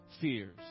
fears